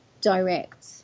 direct